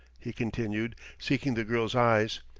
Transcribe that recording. he continued, seeking the girl's eyes.